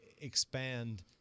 expand